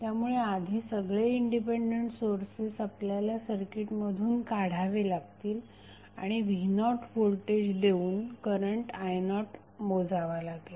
त्यामुळे आधी सगळे इंडिपेंडेंट सोर्सेस आपल्याला सर्किटमधून काढावे लागतील आणि v0व्होल्टेज देऊन करंट i0 मोजावा लागेल